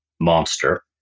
monster